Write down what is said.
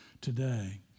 today